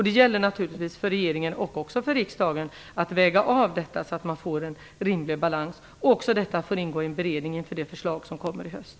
Det gäller naturligtvis för regeringen samt också för riksdagen att göra en avvägning så att det blir en rimlig balans och att också detta får ingå i en beredning inför det förslag som läggs fram i höst.